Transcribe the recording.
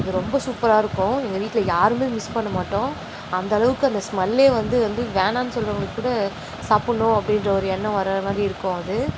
அது ரொம்ப சூப்பராக இருக்கும் எங்கள் வீட்டில் யாருமே மிஸ் பண்ண மாட்டோம் அந்தளவுக்கு அந்த ஸ்மெல்லே வந்து வந்து வேணான்னு சொல்கிறவங்க கூட சாப்பிட்ணும் அப்படின்ற ஒரு எண்ணம் வர மாதிரி இருக்கும் அது